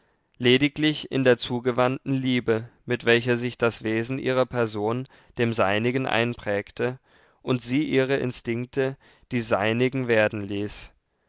lediglich in der zugewandten liebe mit welcher sich das wesen ihrer person dem seinigen einprägte und sie ihre instinkte die seinigen werden ließ